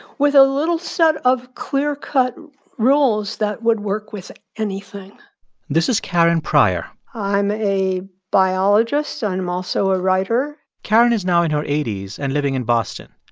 with a little set of clear-cut rules that would work with anything this is karen pryor i'm a biologist, and i'm also a writer karen is now in her eighty s and living in boston.